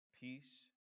peace